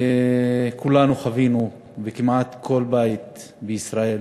כולנו חווינו, וכמעט כל בית בישראל